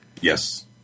Yes